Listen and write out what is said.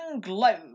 globe